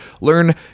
learn